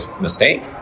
mistake